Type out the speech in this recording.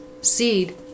seed